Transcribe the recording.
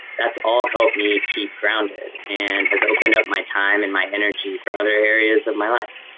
that's all helped me keep grounded and has opened up my time and my energy for other areas of my life.